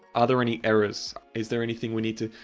are there any errors? is there anything we need to,